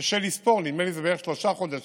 קשה לספור, נדמה לי שזה בערך לפני שלושה חודשים.